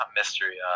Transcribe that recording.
mystery